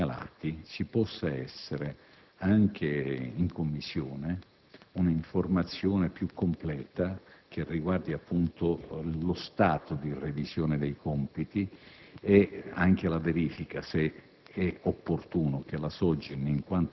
sugli elementi segnalati vi possa essere, anche in Commissione, un'informazione più completa che riguardi non solo lo stato di revisione dei compiti, ma anche la verifica